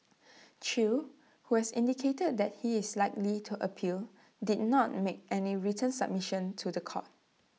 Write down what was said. chew who has indicated that he is likely to appeal did not make any written submission to The Court